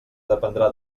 dependrà